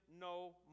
no